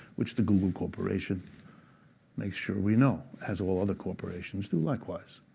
which the google corporation makes sure we know. as all other corporations do likewise.